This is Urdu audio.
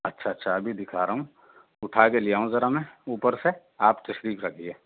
اچھا اچھا ابھی دکھا رہا ہوں اٹھا کے لے آؤں ذرا میں اوپر سے آپ تشریف رکھیے